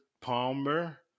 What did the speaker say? Palmer